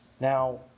Now